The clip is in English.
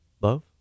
Love